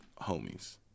homies